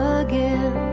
again